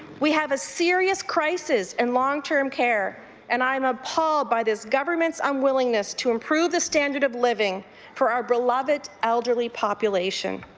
we have a serious crisis in long-term care and i'm appalled by this government's unwillingness to improve the standard of living for our beloved elderly population.